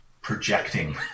projecting